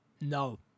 No